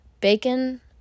bacon